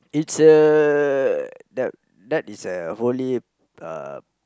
it's a that that is a holy uh